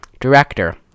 Director